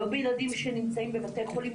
ילדים שנמצאים בבתי חולים,